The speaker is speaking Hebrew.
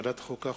ועדת החוקה,